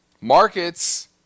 Markets